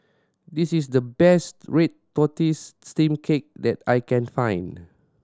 this is the best red tortoise steamed cake that I can find